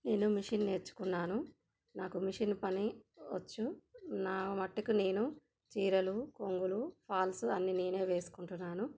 నేను మిషన్ నేర్చుకున్నాను నాకు మిషన్ పని వచ్చు నావి మటుకు నేను చీరలు కొంగులు ఫాల్స్ అన్ని నేనే వేసుకుంటున్నాను